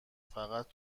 فقط